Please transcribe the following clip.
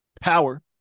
Power